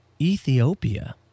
Ethiopia